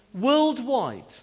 worldwide